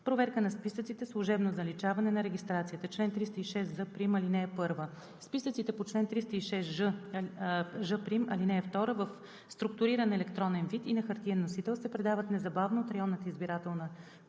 Проверка на списъците. Служебно заличаване на регистрацията Чл. 306з' (1) Списъците по чл. 306ж′, ал. 2 в структуриран електронен вид и на хартиен носител се предават незабавно от районната избирателна